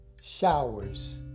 showers